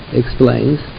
explains